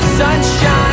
sunshine